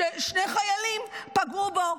ששני חיילים פגעו בו.